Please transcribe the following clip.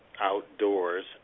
outdoors